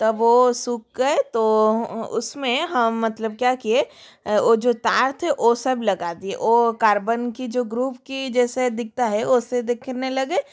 त वह सूख गए तो उसमें हम मतलब क्या किए वह जो तार थे ओ सब लगा दिए वह कार्बन की जो ग्रूफ की जैसे दिखता है वैसे दिखने लगे